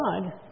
God